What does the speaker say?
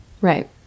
Right